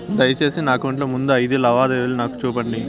దయసేసి నా అకౌంట్ లో ముందు అయిదు లావాదేవీలు నాకు చూపండి